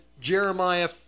Jeremiah